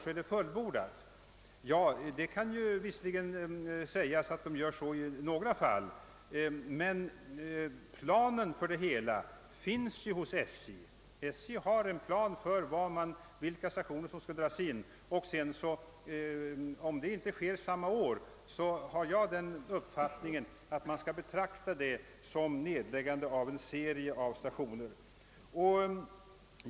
I några fall har SJ visserligen gjort så, men SJ har en plan för vilka stationer som skall dras in. även om nedläggningen av samtliga stationer på en linje inte sker samma år, anser jag att man skall betrakta det som nedläggande av en serie stationer.